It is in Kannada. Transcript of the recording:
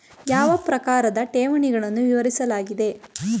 ಯಾವ ಪ್ರಕಾರದ ಠೇವಣಿಗಳನ್ನು ವಿವರಿಸಲಾಗಿದೆ?